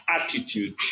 attitude